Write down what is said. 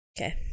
Okay